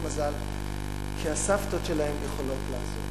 כי הסבתות שלהן יכולות לעזור.